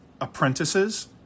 Apprentices